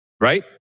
right